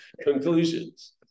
conclusions